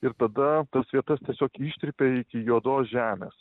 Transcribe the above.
ir tada tas vietas tiesiog ištrypia iki juodos žemės